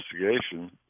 investigation